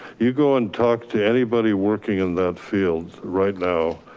you go and talk to anybody working in that field right now,